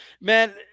Man